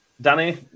Danny